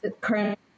current